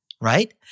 right